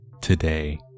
today